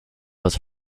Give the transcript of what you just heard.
was